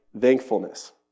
thankfulness